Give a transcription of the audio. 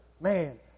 Man